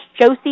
josie